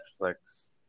Netflix